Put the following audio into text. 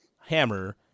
Hammer